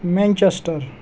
Manchester